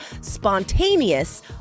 spontaneous